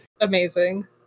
Amazing